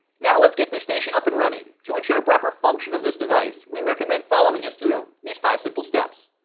now let's get this station up and running. to ensure proper function of this device, we recommend following us through these five simple steps.